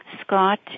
Scott